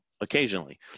Occasionally